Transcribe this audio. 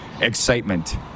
excitement